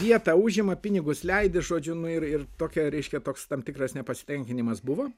vietą užima pinigus leidi žodžiu nu ir ir tokia reiškia toks tam tikras nepasitenkinimas buvo